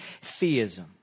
theism